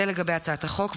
זה לגבי הצעת החוק.